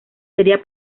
sería